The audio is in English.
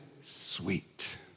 sweet